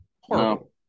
Horrible